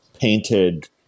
painted